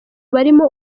barimo